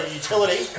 utility